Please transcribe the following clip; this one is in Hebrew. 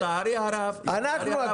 לצערי הרב -- אנחנו הכתובת.